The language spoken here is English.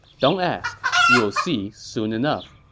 don't ask. you'll see soon enough.